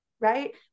right